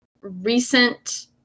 recent